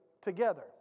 together